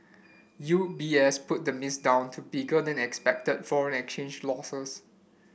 U B S put the miss down to bigger than expected foreign exchange losses